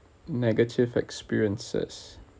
negative experiences